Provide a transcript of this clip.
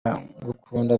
ngukunda